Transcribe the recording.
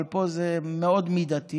אבל פה זה מאוד מידתי,